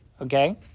okay